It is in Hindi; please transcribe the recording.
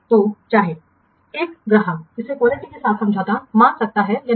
तो चाहे एक ग्राहक इसे क्वालिटी के साथ समझौता मान सकता है या नहीं